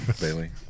Bailey